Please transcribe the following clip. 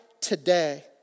today